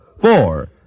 Four